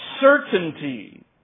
certainty